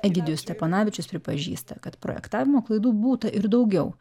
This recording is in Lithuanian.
egidijus steponavičius pripažįsta kad projektavimo klaidų būta ir daugiau